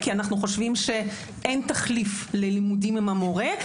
כי אנו חושבים שאין תחליף ללימודים עם המורה,